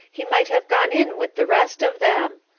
he might have gone in with the rest of them.